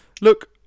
Look